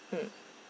mm